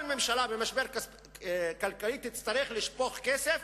כל ממשלה במשבר כלכלי תצטרך לשפוך כסף,